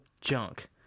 Junk